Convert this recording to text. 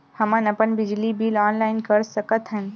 हमन अपन बिजली बिल ऑनलाइन कर सकत हन?